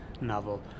novel